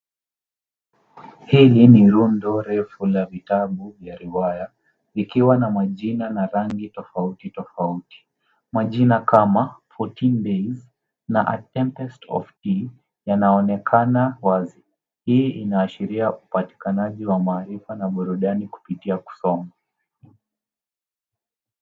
Hili ni rundo refu la vitabu vya riwaya likiwa na majina na rangi tofauti tofauti , majina kama Fourteen Days na Tempest Of Tea yanaonekana wazi. Hii ina ashiria upatanaji wa maarifa na burudani kupitia kusoma.